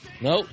Nope